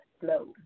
Slow